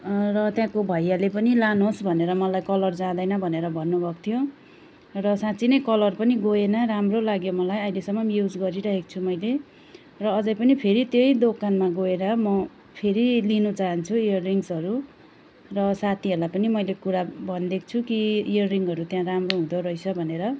र त्यहाँको भैयाले पनि लानुहोस् भनेर मलाई कलर जाँदैन भनेर भन्नुभएको थियो र साँच्ची नै कलर पनि गएन राम्रो लाग्यो मलाई अहिलेसम्म पनि युज गरिरहेको छु मैले र अझै पनि फेरि त्यही दोकानमा गएर म फेरि लिन चाहन्छु इयररिङस्हरू र साथीहरूलाई पनि मैले कुरा भनिदिएको छु कि इयररिङहरू त्यहाँ राम्रो हुँदो रहेछ भनेर